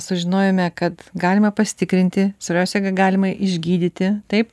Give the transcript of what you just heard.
sužinojome kad galima pasitikrinti svarbiausia kad galima išgydyti taip